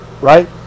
right